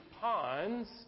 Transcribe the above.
ponds